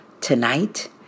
Tonight